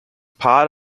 part